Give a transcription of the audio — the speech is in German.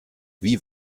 wie